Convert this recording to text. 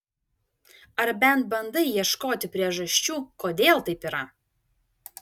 ar bent bandai ieškoti priežasčių kodėl taip yra